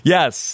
Yes